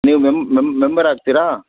ನೀವು ಮೆಂಬರ್ ಆಗ್ತೀರಾ